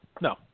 No